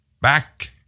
Back